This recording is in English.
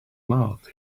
mouth